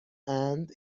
and